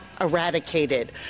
eradicated